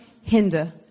hinder